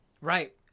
Right